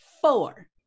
four